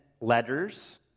letters